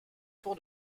tour